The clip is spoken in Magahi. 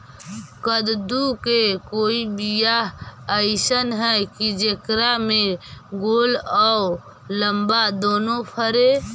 कददु के कोइ बियाह अइसन है कि जेकरा में गोल औ लमबा दोनो फरे?